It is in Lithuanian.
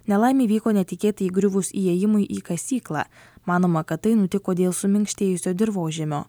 nelaimė įvyko netikėtai įgriuvus įėjimui į kasyklą manoma kad tai nutiko dėl suminkštėjusio dirvožemio